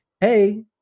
hey